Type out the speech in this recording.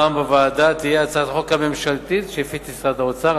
בוועדה תהיה הצעת החוק הממשלתית שהפיץ משרד האוצר.